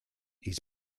his